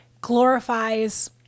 glorifies